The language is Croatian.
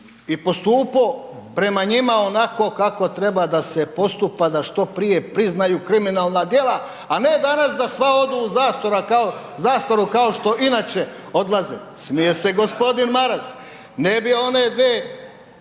i postupao prema njima onako kako treba da se postupa, da što prije priznaju kriminalna djela a ne danas da sva odu u zastaru kao što inače odlaze. Smije se g. Maras, ne bi one dvije,